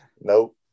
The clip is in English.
Nope